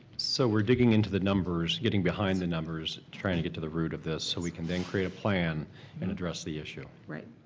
so we're digging into the numbers, getting behind the numbers, trying to get to the root of this so we can then create a plan and address the issue. right,